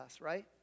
right